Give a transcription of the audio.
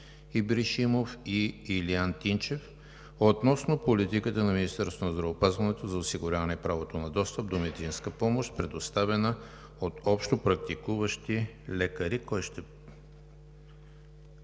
Ибришимов и Илиян Тимчев относно политиката на Министерството на здравеопазването за осигуряване правото на достъп до медицинска помощ, предоставена от общопрактикуващи лекари.